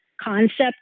concept